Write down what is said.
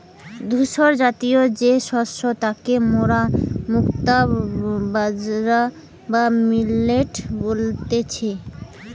ধূসরজাতীয় যে শস্য তাকে মোরা মুক্তা বাজরা বা মিলেট বলতেছি